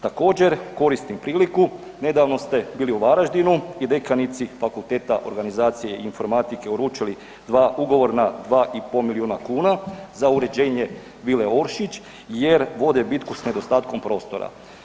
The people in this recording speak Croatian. Također, koristim priliku, nedavno ste bili u Varaždinu i dekanici Fakulteta organizacije i informatike uručili dva ugovorna 2,5 milijuna kuna za uređenje Vile Oršić jer vode bitku sa nedostatkom prostora.